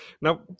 Now